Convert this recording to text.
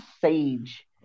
sage